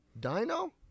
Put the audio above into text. Dino